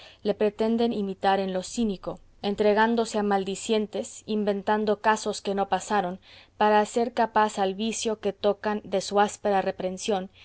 le pretenden imitar en lo cínico entregándose a maldicientes inventando casos que no pasaron para hacer capaz al vicio que tocan de su áspera reprehensión